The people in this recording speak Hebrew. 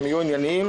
הם יהיו ענייניים,